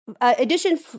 addition